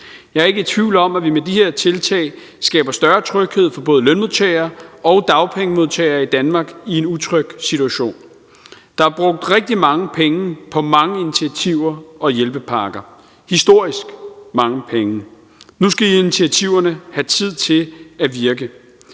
Jeg er ikke i tvivl om, at vi med de her tiltag skaber større tryghed for både lønmodtagere og dagpengemodtagere i Danmark i en utryg situation. Der er brugt rigtig mange penge på mange initiativer og hjælpepakker – historisk mange penge. Nu skal initiativerne have tid til at virke.